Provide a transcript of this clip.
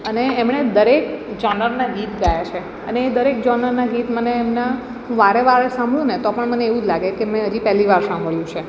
અને એમણે દરેક જોનરનાં ગીત ગાયા છે અને એ દરેક જોનરનાં ગીત મને એમના વારે વારે સાંભળું ને તો પણ મને એવું જ લાગે કે મેં હજી પહેલી વાર સાંભળ્યું છે